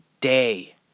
day